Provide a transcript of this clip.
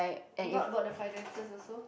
not about the finances also